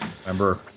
remember